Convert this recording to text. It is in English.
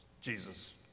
Jesus